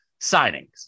signings